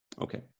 Okay